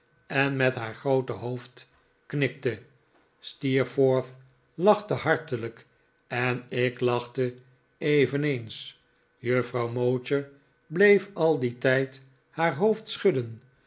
en met haar groote hoofd knikte steerforth lachte hartelijk en ik lachte eveneens juffrouw mowcher bleef al dien tijd haar hoofd schudden